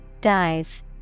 Dive